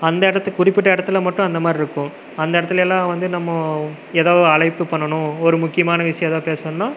அந்த இடத்துக் குறிப்பிட்ட இடத்துல மட்டும் அந்தமாதிரிருக்கும் அந்த இடத்துலேல்லாம் வந்து நம்மோ எதோ அழைப்பு பண்ணனும் ஒரு முக்கியமான விஷயம் எதா பேசுணுன்னா